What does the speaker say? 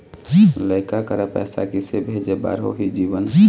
लइका करा पैसा किसे भेजे बार होही जीवन